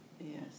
Yes